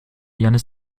jannis